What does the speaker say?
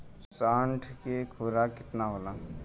साढ़ के खुराक केतना होला?